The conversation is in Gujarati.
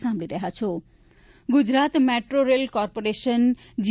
Gujarat metro Gujarat metro rail corporation G